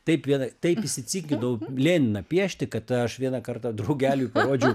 taip vieną taip įsicinkinau leniną piešti kad aš vieną kartą draugeliui parodžiau